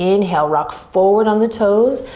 inhale rock forward on the toes.